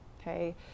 okay